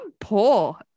poor